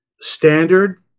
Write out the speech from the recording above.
standard